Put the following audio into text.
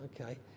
okay